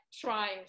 trying